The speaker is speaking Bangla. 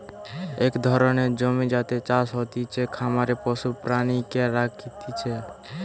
এক ধরণের জমি যাতে চাষ হতিছে, খামারে পশু প্রাণীকে রাখতিছে